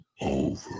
over